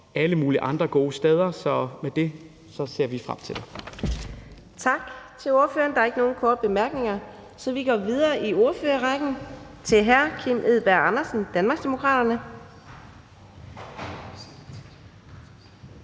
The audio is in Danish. alle mulige andre gode steder, så med det ser vi frem til det. Kl. 11:48 Fjerde næstformand (Karina Adsbøl): Tak til ordføreren. Der er ikke nogen korte bemærkninger, så vi går videre i ordførerrækken til hr. Kim Edberg Andersen, Danmarksdemokraterne.